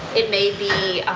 it may be.